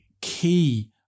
key